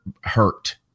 Hurt